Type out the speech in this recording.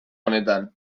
honetan